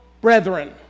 brethren